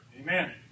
Amen